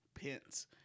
Pence